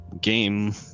game